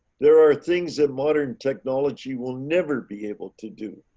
there are things that modern technology will never be able to do